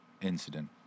incident